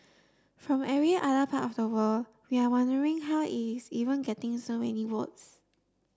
from every other part of the world we are wondering how is even getting so many votes